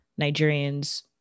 Nigerians